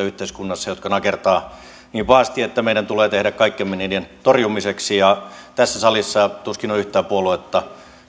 yhteiskunnassa ilmiöitä jotka nakertavat niin pahasti että meidän tulee tehdä kaikkemme niiden torjumiseksi ja tässä salissa tuskin on yhtään puoluetta